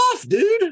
dude